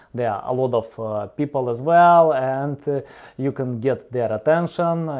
there are a lot of people as well, and you can get their attention.